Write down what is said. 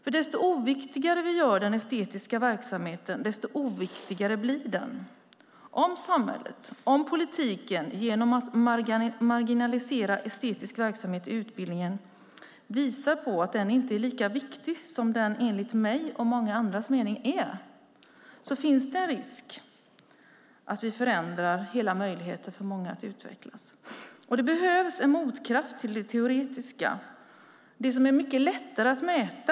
Ju oviktigare vi gör den estetiska verksamheten, desto oviktigare blir den. Om samhället och politiken genom att marginalisera estetisk verksamhet i utbildningen visar att den inte är lika viktig som den enligt mig och många andras mening är finns det en risk att vi förändrar hela möjligheten för många att utvecklas. Det behövs en motkraft till det teoretiska, som är mycket lättare att mäta.